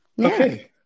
Okay